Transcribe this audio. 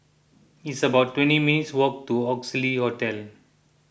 it's about twenty minutes' walk to Oxley Hotel